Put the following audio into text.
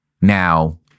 Now